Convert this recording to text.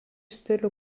stilių